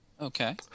Okay